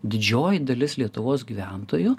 didžioji dalis lietuvos gyventojų